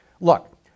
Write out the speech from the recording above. Look